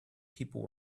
people